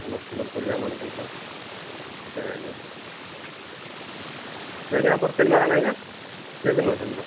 ଆମର ସମ୍ୱଲପୁରୀୟାମାନଙ୍କର ତ ଗାଏନି ଯାଇକି ଆପଣ କିନ୍ ଗାଁର ଆଜ୍ଞା କେତେ ଦିନ୍ ରହୁଛନ୍